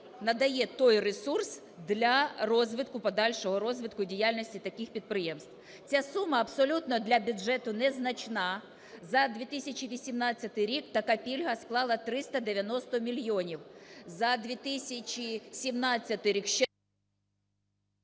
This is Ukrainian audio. надає той ресурс для подальшого розвитку діяльності таких підприємств. Ця сума абсолютно для бюджету незначна, за 2018 рік така пільга склала 390 мільйонів. За 2017 рік ще…